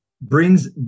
brings